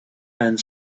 and